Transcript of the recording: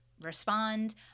respond